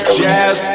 jazz